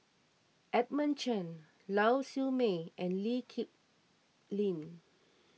Edmund Chen Lau Siew Mei and Lee Kip Lin